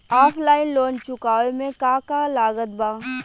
Offline loan चुकावे म का का लागत बा?